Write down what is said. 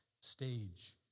stage